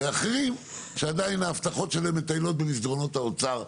ואחרים שעדיין ההבטחות שלהם מטיילות במסדרונות האוצר,